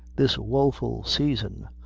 this woeful saison,